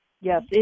Yes